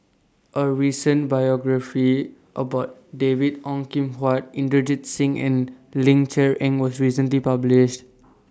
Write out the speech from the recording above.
A recent biographies about David Ong Kim Huat Inderjit Singh and Ling Cher Eng was recently published